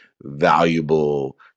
valuable